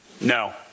No